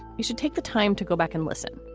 you should take the time to go back and listen.